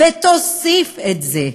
ותוסיף את זה,